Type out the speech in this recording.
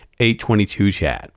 822chat